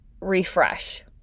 refresh